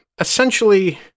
essentially